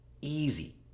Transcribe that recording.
easy